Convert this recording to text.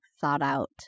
thought-out